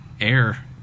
air